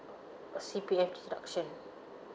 C_P_F deduction